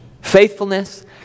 Faithfulness